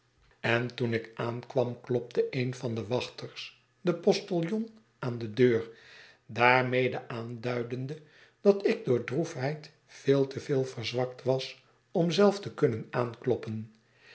en toen ik aankwam klopte een van de wachters de postiljon aan de deur daarmede aanduidende dat ik door droefheid veel te veel verzwakt was om zelf te kunnen aankloppen